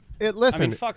Listen